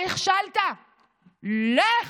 נכשלת, לך.